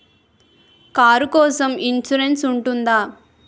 Car కోసం insurance ఉంటుందా?